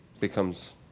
becomes